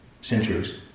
centuries